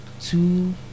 two